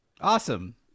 Awesome